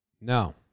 No